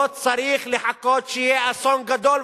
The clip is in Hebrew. לא צריך לחכות שיהיה אסון גדול.